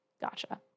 gotcha